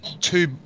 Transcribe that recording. two